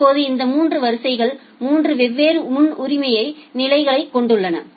இப்போது இந்த 3 வரிசைகள் 3 வெவ்வேறு முன்னுரிமை நிலைகளைக் கொண்டுள்ளன